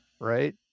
right